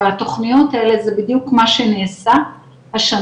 התוכניות האלה זה בדיוק מה שנעשה השנה